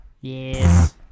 Yes